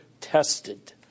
tested